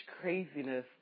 craziness